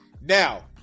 now